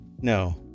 No